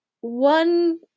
one